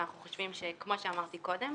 אנחנו חושבים, כמו שאמרתי קודם,